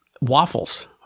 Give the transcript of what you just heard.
waffles